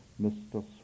Mr